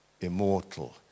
immortal